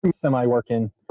semi-working